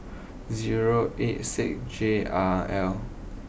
zero eight six J R L